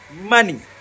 money